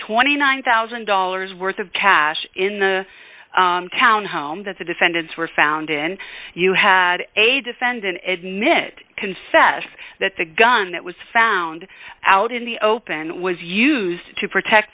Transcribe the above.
twenty nine thousand dollars worth of cash in the townhome that the defendants were found in you had a defendant admit confess that the gun that was found out in the open was used to protect